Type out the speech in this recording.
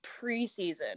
preseason